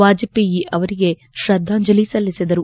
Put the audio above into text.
ವಾಜಪೇಯಿ ಅವರಿಗೆ ಶ್ರದ್ದಾಂಜಲಿ ಸಲ್ಲಿಸಿದರು